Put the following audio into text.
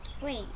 Wait